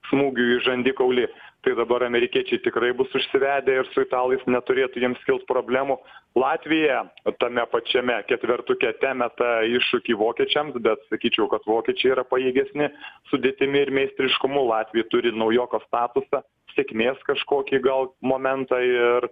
smūgių į žandikaulį tai dabar amerikiečiai tikrai bus užsivedę ir su italais neturėtų jiems kilt problemų latvija tame pačiame ketvertuke temeta iššūkį vokiečiams bet sakyčiau kad vokiečiai yra pajėgesni sudėtimi ir meistriškumu latviai turi naujoko statusą sėkmės kažkokį gal momentą ir